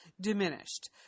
diminished